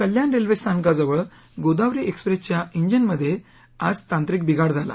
कल्याण railway स्थानकाजवळ गोदावरी एक्सप्रेसच्या इंजिनमध्ये आज तांत्रिक बिघाड झाला